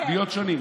להיות שונים.